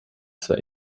zwar